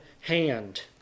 hand